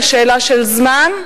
שאלה של זמן,